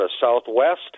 southwest